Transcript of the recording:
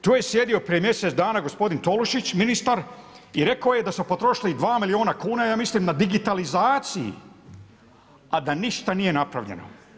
Tu je sjedio prije mjesec dana gospodin Tolušić, ministar i rekao je da smo potrošili 2 miliona kuna, ja mislim, na digitalizaciji, a da ništa nije napravljeno.